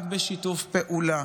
רק בשיתוף פעולה